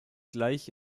gleich